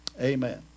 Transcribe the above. Amen